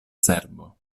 cerbo